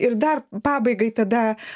ir dar pabaigai tada